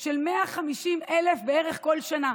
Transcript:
של 150 בערך כל שנה,